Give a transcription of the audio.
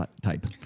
type